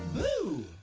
boo!